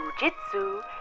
jujitsu